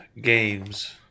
Games